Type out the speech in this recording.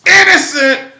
innocent